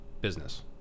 business